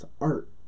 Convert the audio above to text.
art